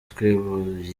twivuye